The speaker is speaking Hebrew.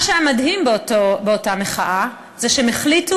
מה שהיה מדהים באותה מחאה זה שהם החליטו